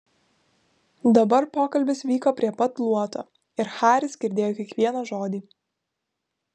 dabar pokalbis vyko prie pat luoto ir haris girdėjo kiekvieną žodį